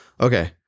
Okay